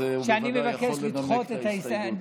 אז הוא בוודאי יכול לנמק את ההסתייגות.